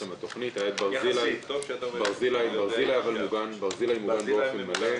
ברזילי ממוגן באופן מלא.